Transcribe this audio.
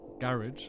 garage